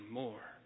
more